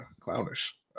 clownish